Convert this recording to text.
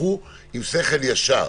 תלכו עם שכל ישר.